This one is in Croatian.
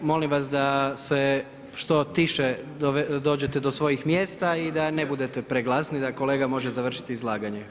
Molim vas da se što tiše dođete do svojih mjesta i da ne bude preglasni, da kolega može završiti izlaganje.